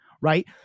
right